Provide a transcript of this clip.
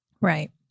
right